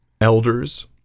elders